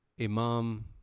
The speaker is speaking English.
imam